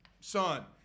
Son